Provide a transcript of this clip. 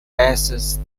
passes